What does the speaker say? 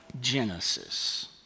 Genesis